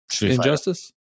Injustice